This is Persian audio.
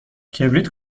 کبریت